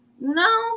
no